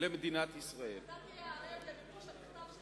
למדינת ישראל, אתה תהיה ערב למימוש המכתב, ?